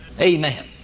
Amen